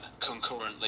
concurrently